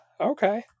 okay